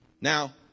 Now